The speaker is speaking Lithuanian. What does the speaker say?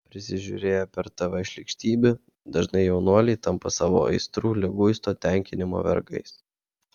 prisižiūrėję per tv šlykštybių dažnai jaunuoliai tampa savo aistrų liguisto tenkinimo vergais